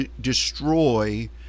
destroy